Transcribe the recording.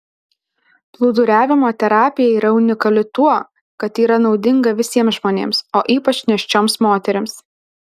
plūduriavimo terapija yra unikali tuo kad yra naudinga visiems žmonėms o ypač nėščioms moterims